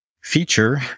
feature